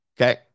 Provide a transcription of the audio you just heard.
Okay